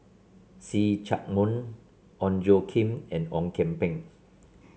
See Chak Mun Ong Tjoe Kim and Ong Kian Peng